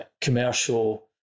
commercial